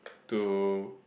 to